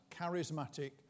charismatic